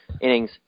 innings